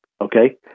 okay